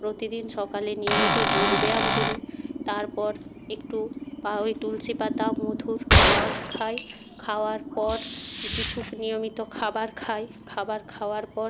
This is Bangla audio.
প্রতিদিন সকালে নিয়মিত যোগব্যায়াম করি তারপর একটু বা ওই তুলসী পাতা মধুর রস খাই খাওয়ার পর কিছু নিয়মিত খাবার খাই খাবার খাওয়ার পর